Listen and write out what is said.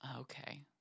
Okay